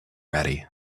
ready